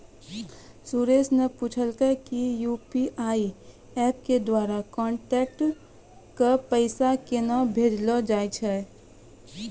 सुरेन्द्र न पूछलकै कि यू.पी.आई एप्प के द्वारा कांटैक्ट क पैसा केन्हा भेजलो जाय छै